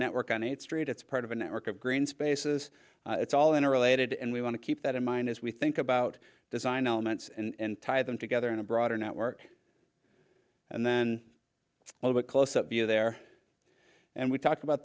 network on a street it's part of a network of green spaces it's all interrelated and we want to keep that in mind as we think about design elements and tie them together in a broader network and then close up view there and we talked about